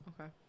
Okay